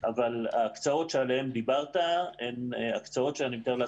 ההקצאות עליהן דיברת הן הקצאות שאני מתאר לעצמי שיילקחו בחשבון.